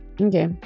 Okay